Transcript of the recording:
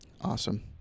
Awesome